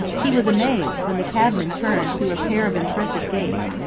he was amazed when the cabman turned through a pair of impressive gates,